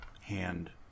hand